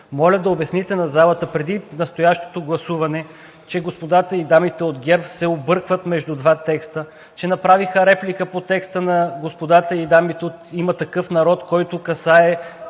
Моля да обясните на залата преди настоящото гласуване, че господата и дамите от ГЕРБ се объркват между два текста, че направиха реплика по текста на господата и дамите от „Има такъв народ“, който касае